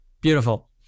Beautiful